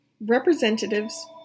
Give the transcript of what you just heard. Representatives